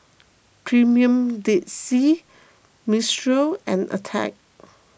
Premier Dead Sea Mistral and Attack